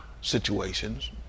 situations